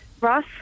Ross